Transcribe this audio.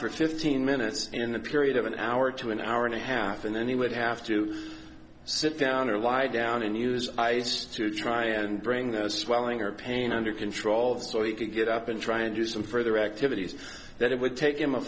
for fifteen minutes in a period of an hour to an hour and a half and then he would have to sit down or lie down and use ice to try and bring the swelling or pain under control so he could get up and try and do some further activities that it would take him a